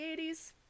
80s